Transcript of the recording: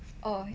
oh